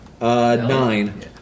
nine